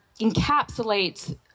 encapsulates